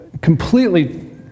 completely